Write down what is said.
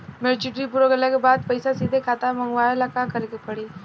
Maturity पूरा हो गइला के बाद पईसा सीधे खाता में मँगवाए ला का करे के पड़ी?